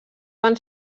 van